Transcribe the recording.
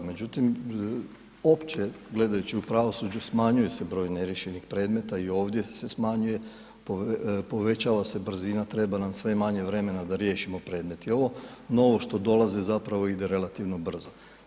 Međutim, opće gledajući u pravosuđu, smanjuje se broj neriješenih predmeta i ovdje se smanjuje, povećava se brzina, treba nam sve manje vremena da riješimo predmet i ovo novo što dolaze, zapravo ide relativno brzo.